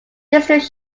districts